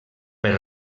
per